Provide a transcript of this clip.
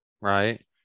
right